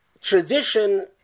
tradition